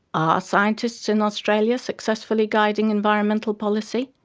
are scientists in australia successfully guiding environmental policy?